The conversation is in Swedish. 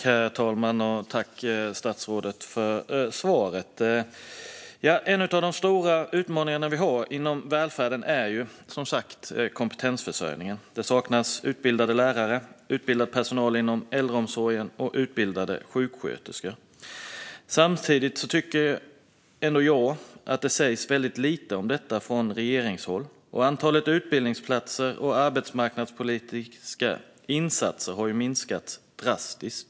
Herr talman! Jag tackar statsrådet för svaret. En av de stora utmaningar som vi har inom välfärden är, som sagt, kompetensförsörjningen. Det saknas utbildade lärare, utbildad personal inom äldreomsorgen och utbildade sjuksköterskor. Samtidigt tycker jag att det sägs väldigt lite om detta från regeringshåll. Antalet utbildningsplatser och arbetsmarknadspolitiska insatser har minskat drastiskt.